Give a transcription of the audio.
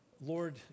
Lord